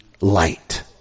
light